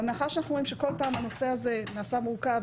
אבל מאחר שאנחנו רואים שכל פעם הנושא הזה נעשה מורכב,